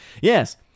yes